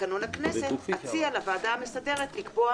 לתקנון הכנסת אציע לוועדה המסדרת לקבוע